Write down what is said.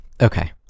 Okay